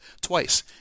twice